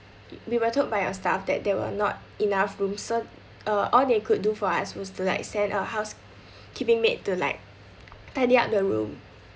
we were told by your staff that there were not enough room so uh all they could do for us was tp like send a housekeeping maid to like tidy up the room